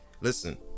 Listen